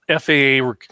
FAA